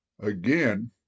Again